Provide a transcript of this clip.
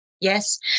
yes